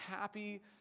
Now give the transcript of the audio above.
happy